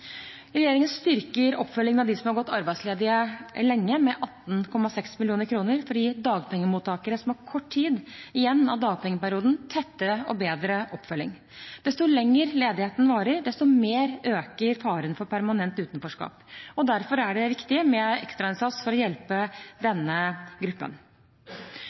Regjeringen styrker oppfølgingen av dem som har gått arbeidsledige lenge, med 18,6 mill. kr for å gi dagpengemottakere som har kort tid igjen av dagpengeperioden, tettere og bedre oppfølging. Jo lenger ledigheten varer, desto mer øker faren for permanent utenforskap. Derfor er det viktig med en ekstrainnsats for å hjelpe denne gruppen.